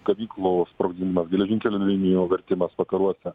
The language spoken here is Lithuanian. gamyklų sprogdinimas geležinkelio linijų vertimas vakaruose